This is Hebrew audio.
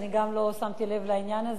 גם אני לא שמתי לב לעניין הזה.